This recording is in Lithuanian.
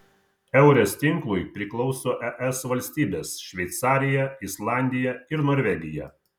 eures tinklui priklauso es valstybės šveicarija islandija ir norvegija